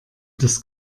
das